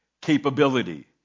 capability